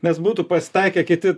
nes būtų pasitaikę kiti